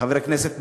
חבר הכנסת בהלול,